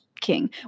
king